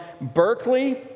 Berkeley